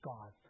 God